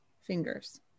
fingers